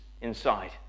inside